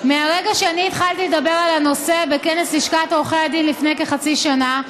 מהרגע שאני התחלתי לדבר על הנושא בכנס לשכת עורכי הדין לפני כחצי שנה,